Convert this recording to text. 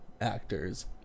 actors